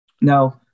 Now